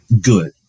Good